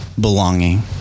belonging